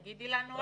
תגידי לנו את.